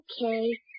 Okay